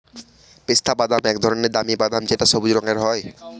পেস্তা বাদাম এক ধরনের দামি বাদাম যেটা সবুজ রঙের হয়